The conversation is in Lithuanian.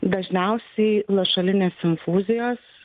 dažniausiai lašelinės infuzijos